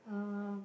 uh